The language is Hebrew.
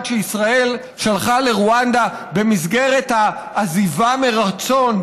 שישראל שלחה לרואנדה במסגרת ה"עזיבה מרצון".